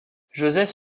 josèphe